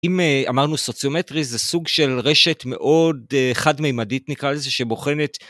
אם אמרנו סוציומטרי זה סוג של רשת מאוד חד מימדית נקרא לזה, שבוחנת...